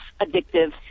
addictive